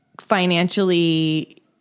financially